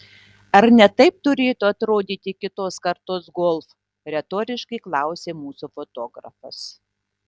ar ne taip turėtų atrodyti kitos kartos golf retoriškai klausė mūsų fotografas